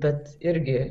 bet irgi